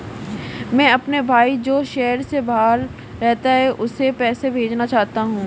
मैं अपने भाई जो शहर से बाहर रहता है, उसे पैसे भेजना चाहता हूँ